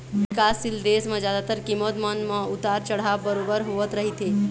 बिकासशील देश म जादातर कीमत मन म उतार चढ़ाव बरोबर होवत रहिथे